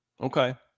okay